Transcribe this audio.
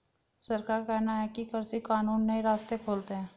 सरकार का कहना है कि कृषि कानून नए रास्ते खोलते है